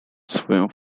swoją